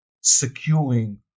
securing